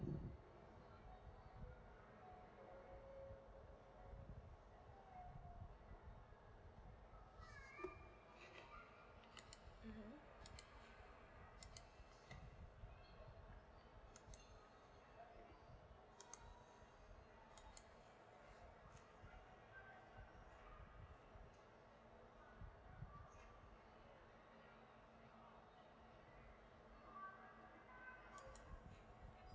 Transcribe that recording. mmhmm